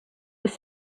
was